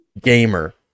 gamer